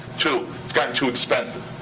two, it's gotten too expensive.